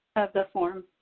the form,